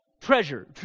treasure